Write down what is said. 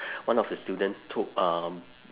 one of the student took um